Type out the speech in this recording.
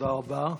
תודה רבה.